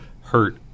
hurt